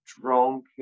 drunk